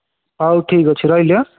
ହଉ ଠିକ୍ଅଛି ରହିଲି ଆଁ